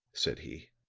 said he.